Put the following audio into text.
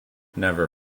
never